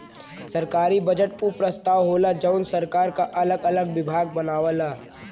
सरकारी बजट उ प्रस्ताव होला जौन सरकार क अगल अलग विभाग बनावला